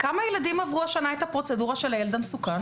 כמה ילדים עברו את הפרוצדורה של הילד המסוכן?